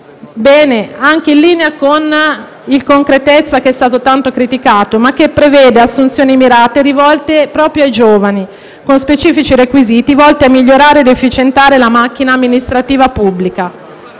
linea con il disegno di legge concretezza, che è stato tanto criticato, ma che prevede assunzioni mirate, rivolte proprio ai giovani con specifici requisiti, volte a migliorare ed efficientare la macchina amministrativa pubblica.